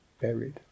buried